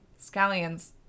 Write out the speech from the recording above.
scallions